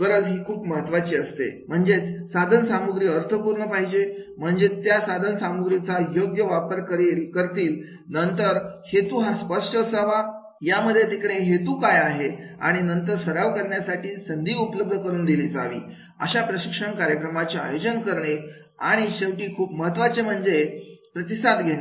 गरज ही खूप महत्त्वाची असते म्हणजेच साधन सामग्री अर्थपूर्ण पाहिजे म्हणजे ते त्या सामग्रीचा योग्य वापर करतील नंतर हेतू हा स्पष्ट हवा आहे यामध्ये तिकडे हेतू काय पाहिजे आणि नंतर सराव करण्यासाठी संधी उपलब्ध करून दिली जावी अशा प्रशिक्षण कार्यक्रमाचे आयोजन करणे आणि शेवटी खूप महत्त्वाचं म्हणजे प्रतिसाद घेणे